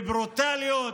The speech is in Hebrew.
ובברוטליות,